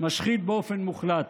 משחית באופן מוחלט.